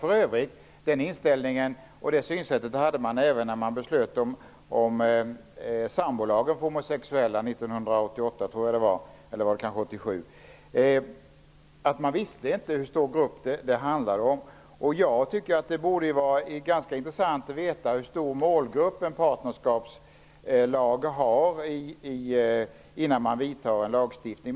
Den här inställningen och det här synsättet hade man även när man fattade beslut om sambolagen för homosexuella 1988, eller om det var 1987. Man visste inte hur stor grupp det handlade om. Det borde vara ganska intressant att veta hur stor målgrupp en partnerskapslag har innan man vidtar en lagstiftning.